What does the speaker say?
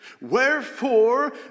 Wherefore